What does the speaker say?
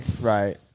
Right